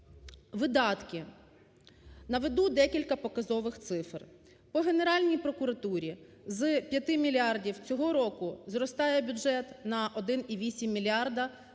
видатки. Наведу декілька показових цифр, по Генеральній прокуратурі з 5 мільярдів цього року зростає бюджет на 1,8 мільярда